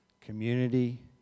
community